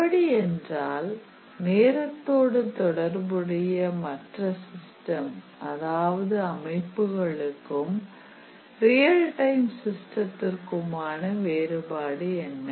அப்படி என்றால் நேரத்தோடு தொடர்புடைய மற்ற சிஸ்டம் அதாவது அமைப்புகளுக்கும் ரியல் டைம் சிஸ்டத்திற்குமான வேறுபாடு என்ன